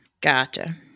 Gotcha